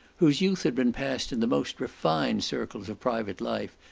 whose youth had been passed in the most refined circles of private life,